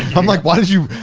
i'm like, why did you,